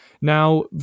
now